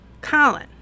Colin